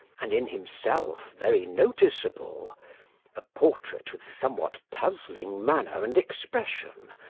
and in himself very noticeable a portrait with somewhat puzzling manner and expression,